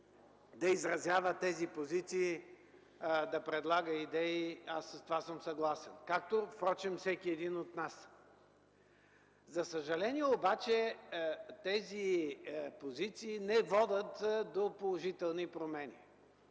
да изразява тези позиции, да предлага идеи. С това съм съгласен, както впрочем всеки един от нас. За съжаление обаче тези позиции не водят до положителни промени.